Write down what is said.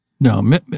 No